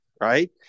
right